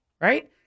right